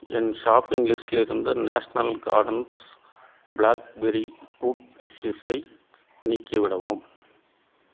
என் shopping லிஸ்டிலிருந்து National Gardens blackberry fruit சீட்ஸை நீக்கிவிடவும்